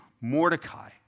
Mordecai